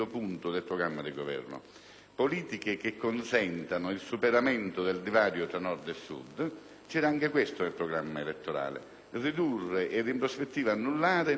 politiche che consentano il superamento del divario tra Nord e Sud. C'era anche questo nel programma elettorale: ridurre, ed in prospettiva annullare, il divario tra Nord e Sud;